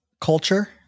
culture